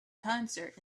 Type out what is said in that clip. concert